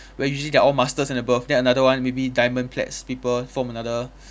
where usually they're all masters and above then another one maybe diamond place people form another